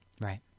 Right